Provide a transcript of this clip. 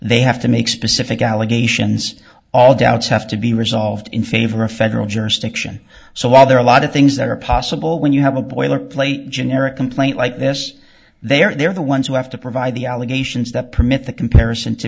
they have to make specific allegations all doubts have to be resolved in favor of federal jurisdiction so while there are a lot of things that are possible when you have a boilerplate generic complaint like this they're the ones who have to provide the allegations that permit the comparison to